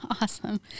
Awesome